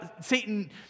Satan